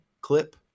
clip